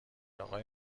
اقای